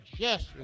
Yes